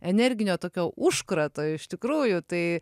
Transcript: energinio tokio užkrato iš tikrųjų tai